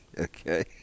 Okay